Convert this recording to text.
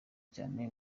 cyane